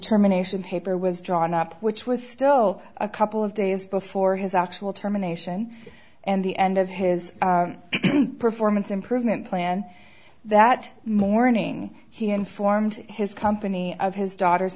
terminations paper was drawn up which was still a couple of days before his actual terminations and the end of his performance improvement plan that morning he informed his company of his daughter